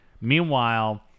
Meanwhile